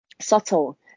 subtle